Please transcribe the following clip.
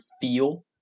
feel